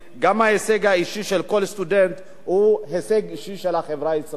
גם ההישג האישי של כל סטודנט הוא הישג אישי של החברה הישראלית.